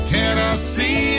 Tennessee